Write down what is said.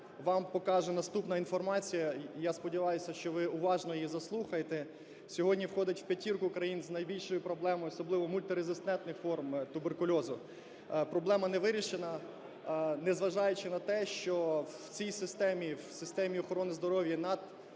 вам покаже наступна інформація, і я сподіваюся, що ви уважно її заслухаєте, сьогодні входить у п'ятірку країн з найбільшою проблемою, особливо мультирезистентних форм туберкульозу. Проблема не вирішена, незважаючи на те, що в цій системі, в системі охорони здоров'я над